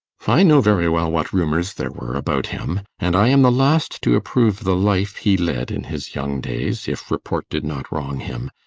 i know very well what rumours there were about him and i am the last to approve the life he led in his young days, if report did not wrong him.